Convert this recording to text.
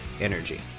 energy